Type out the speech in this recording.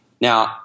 Now